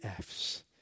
Fs